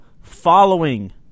following